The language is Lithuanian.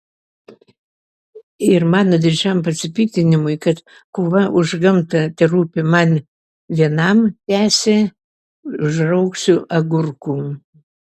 ir mano didžiam pasipiktinimui kad kova už gamtą terūpi man vienam tęsė užraugsiu agurkų